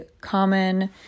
common